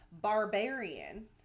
Barbarian